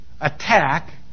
attack